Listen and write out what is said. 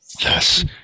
Yes